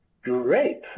Great